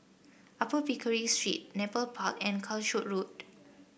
Upper Pickering Street Nepal Park and Calshot Road